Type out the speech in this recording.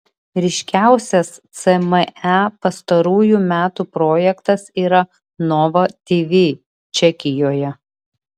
ryškiausias cme pastarųjų metų projektas yra nova tv čekijoje